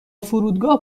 فرودگاه